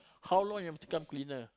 how long you have to become cleaner